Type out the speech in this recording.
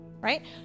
right